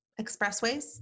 expressways